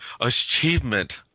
achievement